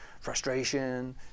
frustration